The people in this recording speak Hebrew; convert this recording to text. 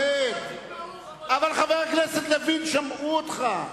חבר הכנסת לוין, שמעו אותך,